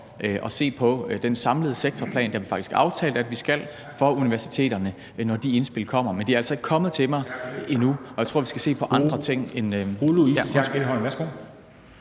at se på den samlede sektorplan – det har vi faktisk aftalt at vi skal – for universiteterne, når de indspil kommer, men de er altså ikke kommet til mig endnu. Og jeg tror, vi skal se på andre ting, end ... (Formanden (Henrik Dam